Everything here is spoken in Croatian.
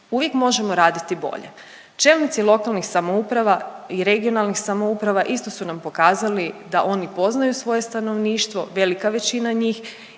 Uvijek možemo raditi bolje čelnici lokalnih samouprava i regionalnih samouprava isto su nam pokazali da oni poznaju svoje stanovništvo, velika većina njih